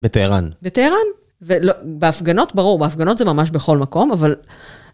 בטהרן. בטהרן? בהפגנות, ברור, בהפגנות זה ממש בכל מקום, אבל...